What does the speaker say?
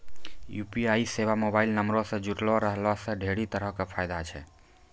UPI सेबा mobile नंबरो से जुड़लो रहला से ढेरी तरहो के फायदा छै